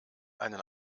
einen